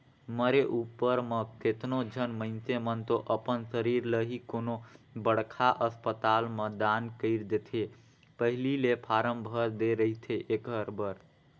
मरे उपर म केतनो झन मइनसे मन तो अपन सरीर ल ही कोनो बड़खा असपताल में दान कइर देथे पहिली ले फारम भर दे रहिथे एखर बर